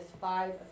five